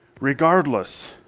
regardless